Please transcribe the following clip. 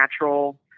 natural